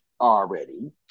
already